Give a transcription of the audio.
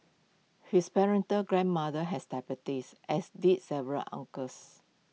his grandmother has diabetes as did several uncles